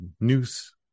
news